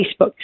Facebook